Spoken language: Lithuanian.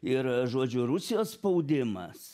ir žodžiu rusijos spaudimas